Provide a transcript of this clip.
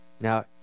Now